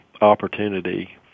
opportunity